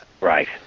Right